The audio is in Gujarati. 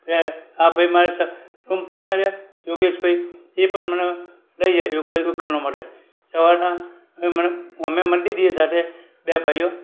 આ ભાઈ મારીસાથે રૂમ પાર્ટનર છે યોગેશ ભાઈ એ પણ મને લઈ જાય છે યોગા યોગ કરવા માટે સવારના અમે મંદિર જઈએ સાથે બે ભાઈઓ